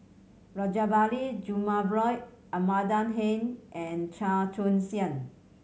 Rajabali Jumabhoy Amanda Heng and Chua Joon Siang